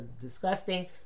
disgusting